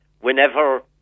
whenever